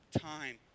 time